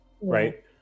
right